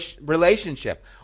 relationship